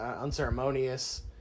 unceremonious